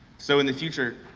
so in the future,